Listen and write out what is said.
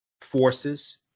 forces